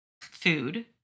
food